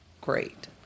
great